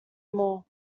more